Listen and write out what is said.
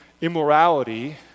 immorality